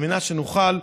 על מנת שנוכל,